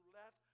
let